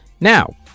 Now